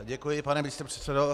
Děkuji, pane místopředsedo.